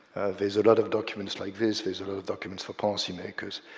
there's a lot of documents like this, there's a lot of documents for policy-makers.